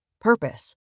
purpose